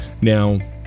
now